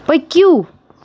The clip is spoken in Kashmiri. پٔکِو